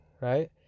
Right